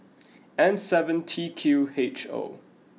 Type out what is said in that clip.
N seven T Q H O